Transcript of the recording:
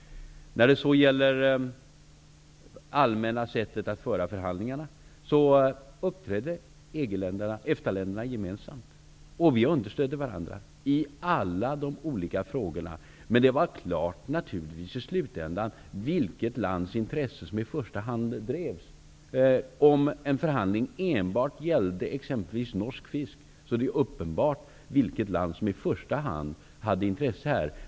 När det gäller sättet att föra förhandlingarna vill jag säga att EFTA-länderna uppträdde gemensamt. Vi understödde varandra i alla frågor. Men i slutändan stod det naturligtvis klart vilket lands intressen som i första hand drevs. Om en förhandling exempelvis enbart gällde norsk fisk, är det uppenbart vilket land som i första hand hade intresse i frågan.